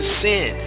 sin